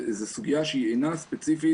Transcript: זו סוגיה שהיא אינה ספציפית